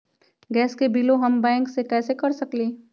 Gas के बिलों हम बैंक से कैसे कर सकली?